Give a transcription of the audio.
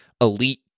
elite